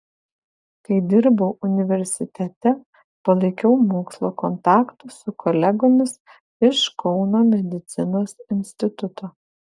kai dirbau universitete palaikiau mokslo kontaktus su kolegomis iš kauno medicinos instituto